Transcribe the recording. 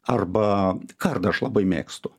arba kardą aš labai mėgstu